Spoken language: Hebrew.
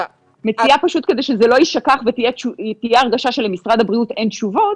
מציעה פשוט כדי שזה לא יישכח ותהיה הרגשה שלמשרד הבריאות אין תשובות,